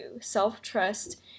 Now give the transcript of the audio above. Self-trust